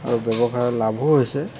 আৰু ব্যৱসায়ত লাভো হৈছে